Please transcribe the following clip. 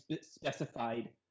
specified